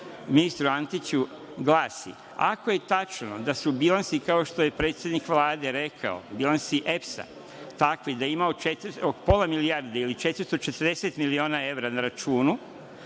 ministru Antiću glasi – ako je tačno da su bilansi kao što je predsednik Vlade rekao, bilansi EPS takvi da ima pola milijarde ili 440 miliona evra na računu,